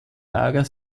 lager